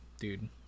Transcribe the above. dude